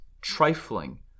trifling